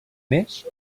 més